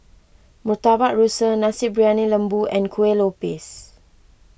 Murtabak Rusa Nasi Briyani Lembu and Kueh Lopes